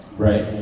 right,